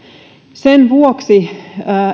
sen vuoksi